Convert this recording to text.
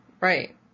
Right